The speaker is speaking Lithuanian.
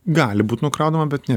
gali būt nukraunama bet ne